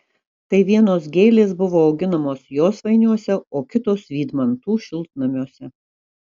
tai vienos gėlės buvo auginamos josvainiuose o kitos vydmantų šiltnamiuose